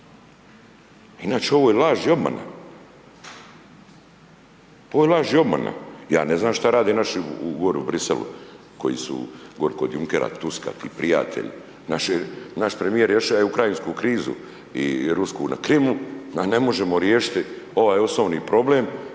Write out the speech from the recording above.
Inače ovo je laž i obmana. Ovo je laž i obmana. Ja ne znam što rade naši u Bruxelles koji su gore kod Junckera, Tuska i prijatelja. Naš premjer je riješio ukrajinsku krizu i rusku na Krimu, a ne možemo riješiti ovaj osobni problem,